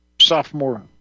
sophomore